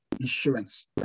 insurance